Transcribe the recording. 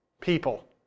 people